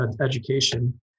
education